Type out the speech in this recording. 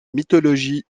mythologie